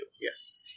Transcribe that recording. Yes